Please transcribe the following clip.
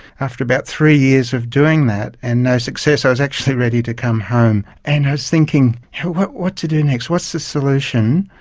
after about three years of doing that and no success i was actually ready to come home. and i was thinking what what to do next, what's the solution?